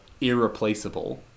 irreplaceable